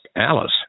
Alice